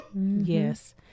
Yes